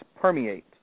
permeate